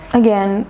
again